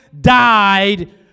died